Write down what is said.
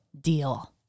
Deal